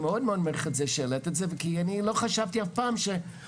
אני מעריך שהעלית את זה כי אני לא חשבתי אף פעם שאולי